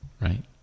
Right